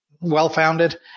well-founded